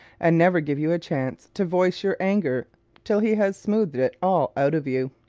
and never give you a chance to voice your anger till he has smoothed it all out of you.